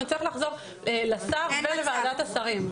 אנחנו נצטרך לחזור לשר ולוועדת השרים.